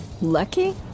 lucky